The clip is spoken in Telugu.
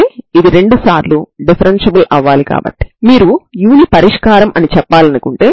Xxc1eμxc2e μx ఈ రెండవ ఆర్డర్ సజాతీయ సాధారణ అవకలన సమీకరణానికి పరిష్కారం అవుతుంది